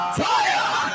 fire